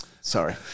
Sorry